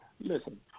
Listen